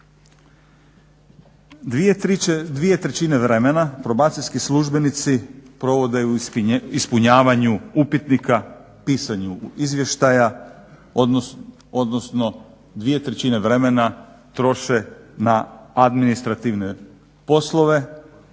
slobodi. 2/3 vremena probacijski službenici provode u ispunjavanju upitnika pisanju izvještaja odnosno 2/3 vremena troše na administrativne poslove,